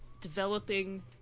developing